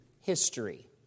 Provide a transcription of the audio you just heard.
history